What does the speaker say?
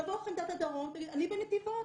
תבוא חמדת הדרום, תגיד, אני בנתיבות.